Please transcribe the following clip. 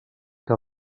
que